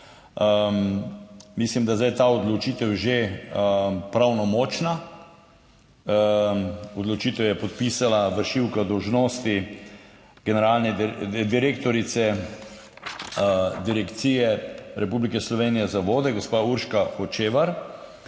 Mislim, da je zdaj ta odločitev že pravnomočna. Odločitev je podpisala vršilka dolžnosti generalne direktorice Direkcije Republike Slovenije za vode gospa Urška Hočevar.